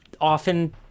often